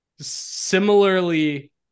similarly